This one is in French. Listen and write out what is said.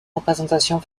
représentation